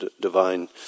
divine